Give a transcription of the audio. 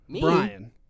Brian